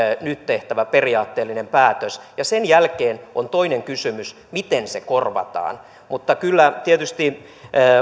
nyt tehtävä periaatteellinen päätös ja sen jälkeen on toinen kysymys miten se korvataan mutta kyllä tietysti